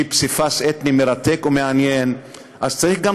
שהיא פסיפס אתני מרתק ומעניין,